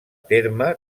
terme